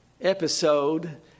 episode